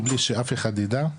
מבלי שאף אחד יידע,